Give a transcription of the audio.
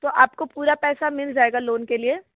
तो आपको पूरा पैसा मिल जाएगा लोन के लिए